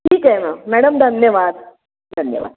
ठीक आहे ना मॅडम धन्यवाद धन्यवाद